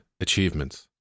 achievements